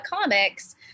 comics